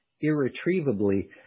irretrievably